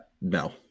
No